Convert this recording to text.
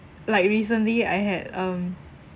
like recently I had um